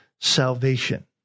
salvation